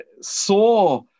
saw